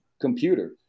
computer